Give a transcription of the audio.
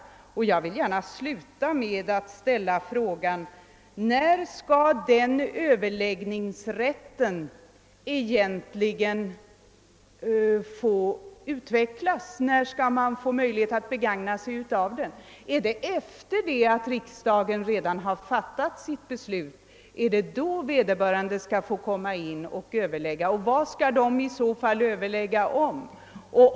Jag vill gärna sluta med att ställa frågan: När skall man egentligen få möjlighet att begagna sig av överläggningsrätten? Är det efter det att riksdagen redan fattat sitt beslut som vederbörande skall få komma in och överlägga? Och vad skall man i så fall överlägga om?